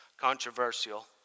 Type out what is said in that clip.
controversial